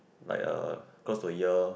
like uh close to a year